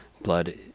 Blood